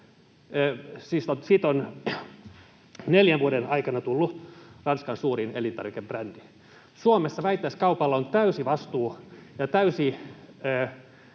Siitä on neljän vuoden aikana tullut Ranskan suurin elintarvikebrändi. Suomessa vähittäiskaupalla on täysi vastuu ja täysi